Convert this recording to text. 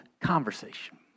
conversation